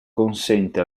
consente